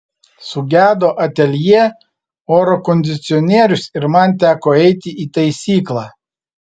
sugedo ateljė oro kondicionierius ir man teko eiti į taisyklą